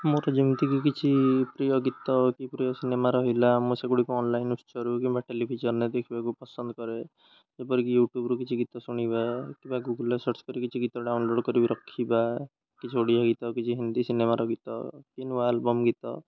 ମୋର ଯେମିତିକି କିଛି ପ୍ରିୟ ଗୀତ କି ପ୍ରିୟ ସିନେମା ରହିଲା ମୁଁ ସେଗୁଡ଼ିକ ଅନ୍ଲାଇନ୍ ଉତ୍ସରୁ କିମ୍ବା ଟେଲିଭିଜନରେ ଦେଖିବାକୁ ପସନ୍ଦ କରେ ଯେପରିକି ୟୁଟ୍ୟୁବ୍ରୁ କିଛି ଗୀତ ଶୁଣିବା କିମ୍ବା ଗୁଗୁଲ୍ରେ ସର୍ଚ୍ଚ କରି କିଛି ଗୀତ ଡାଉନଲୋଡ଼୍ କରିକି ରଖିବା କିଛି ଓଡ଼ିଆ ଗୀତ କିଛି ହିନ୍ଦୀ ସିନେମାର ଗୀତ କି ନୂଆ ଆଲବମ୍ ଗୀତ